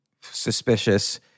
suspicious